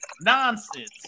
nonsense